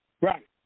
Right